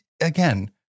again